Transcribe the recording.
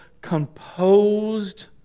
composed